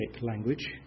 language